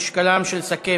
הוצע להעביר את ההצעה